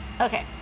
okay